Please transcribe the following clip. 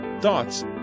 thoughts